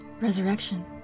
resurrection